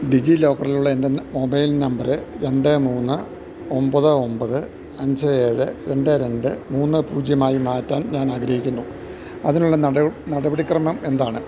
ഡിജിലോക്കറിലുള്ള എൻ്റെ മൊബൈൽ നമ്പര് രണ്ട് മൂന്ന് ഒമ്പത് ഒമ്പത് അഞ്ച് ഏഴ് രണ്ട് രണ്ട് മൂന്ന് പൂജ്യമായി മാറ്റാൻ ഞാൻ ആഗ്രഹിക്കുന്നു അതിനുള്ള നടപടിക്രമം എന്താണ്